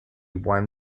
won